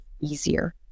easier